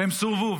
והם סורבו.